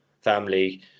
family